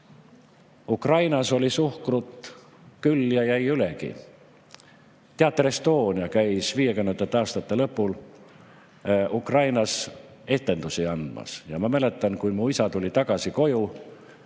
Ukrainas oli suhkrut küll ja jäi ülegi. Teater Estonia käis viiekümnendate aastate lõpul Ukrainas etendusi andmas ja ma mäletan, kui mu isa tuli tagasi koju,